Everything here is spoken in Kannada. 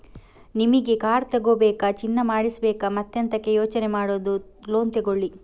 ನಿಮಿಗೆ ಕಾರ್ ತಗೋಬೇಕಾ, ಚಿನ್ನ ಮಾಡಿಸ್ಬೇಕಾ ಮತ್ತೆಂತಕೆ ಯೋಚನೆ ಮಾಡುದು ಲೋನ್ ತಗೊಳ್ಳಿ